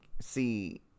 see